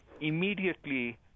immediately